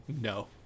no